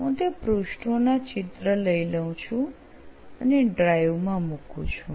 હું તે પૃષ્ઠોના ચિત્ર લઇ લઉં છું અને ડ્રાઇવ માં મૂકું છું